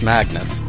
Magnus